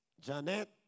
Janet